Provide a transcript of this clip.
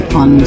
on